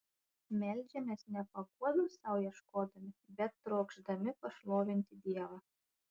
meldžiamės ne paguodos sau ieškodami bet trokšdami pašlovinti dievą